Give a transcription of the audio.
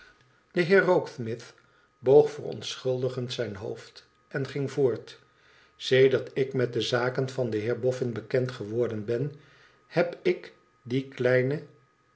de heer rokesmith boog verontschuldigend zijn hoofd en ging voort i sedert ik met de zaken van den heer boffin bekend geworden ben heb ik die kleine